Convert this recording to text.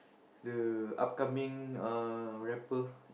the upcoming uh rapper